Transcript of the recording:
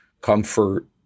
comfort